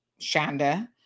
Shanda